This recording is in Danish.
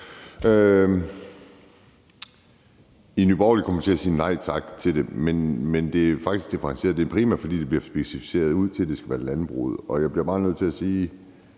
i Nye Borgerlige til at sige nej tak til det. Men det er jo faktisk differentieret, og det er primært, fordi det bliver specificeret ud til, at det skal være landbruget, og nu bliver det vel ikke til at holde